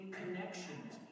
connections